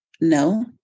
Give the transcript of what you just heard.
No